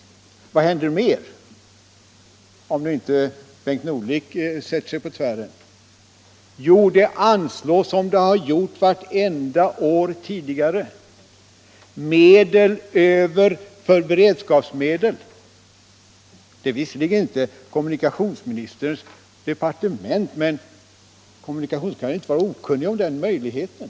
Men vad händer mera — om nu inte Bengt Norling sätter sig på tvären? Jo, nu som vartenda år tidigare anslås beredskapsmedel. Det är visserligen inte kommunikationsministerns departement, men kommunikationsministern kan ju ändå inte vara okunnig om den möjligheten.